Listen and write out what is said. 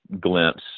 glimpse